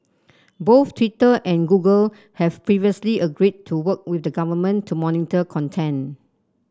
both Twitter and Google have previously agreed to work with the government to monitor content